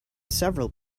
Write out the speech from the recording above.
several